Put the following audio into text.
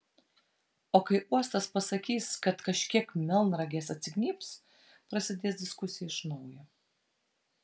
o kai uostas pasakys kad kažkiek melnragės atsignybs prasidės diskusija iš naujo